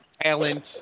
talent